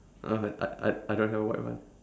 uh I I I don't have a white one